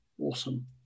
Awesome